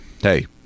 hey